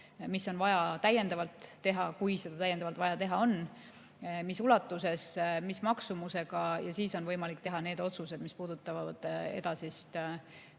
mis on vaja täiendavalt teha, kui seda täiendavalt vaja teha on, mis ulatuses, mis maksumusega. Ja siis on võimalik teha need otsused, mis puudutavad edasist